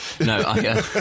No